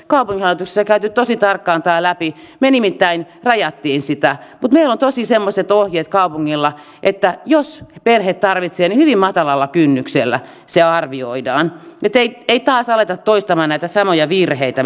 kaupunginhallituksessa olen käyty tosi tarkkaan tämä läpi me nimittäin rajasimme sitä mutta meillä tosin on kaupungilla semmoiset ohjeet että jos perhe tarvitsee niin hyvin matalalla kynnyksellä se arvioidaan ei taas aleta toistamaan näitä samoja virheitä